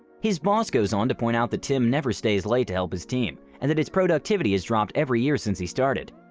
his boss goes on to point out that tim never stays late to help his team and that his productivity has dropped every year since he started.